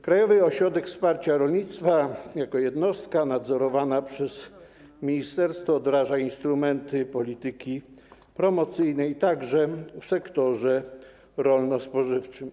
Krajowy Ośrodek Wsparcia Rolnictwa jako jednostka nadzorowana przez ministerstwo wdraża instrumenty polityki promocyjnej także w sektorze rolno-spożywczym.